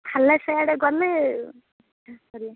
ଖାଲା ସିଆଡ଼େ ଗଲେ